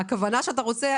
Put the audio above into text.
הכוונה שאתה רוצה,